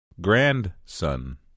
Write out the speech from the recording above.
Grandson